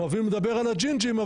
אוהבים לדבר על הג'ינג'ים,